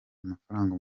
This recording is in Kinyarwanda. amafaranga